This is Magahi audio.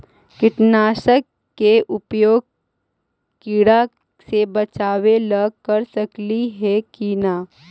कीटनाशक के उपयोग किड़ा से बचाव ल कर सकली हे की न?